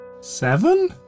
Seven